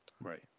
Right